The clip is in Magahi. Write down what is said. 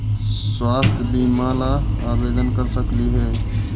स्वास्थ्य बीमा ला आवेदन कर सकली हे?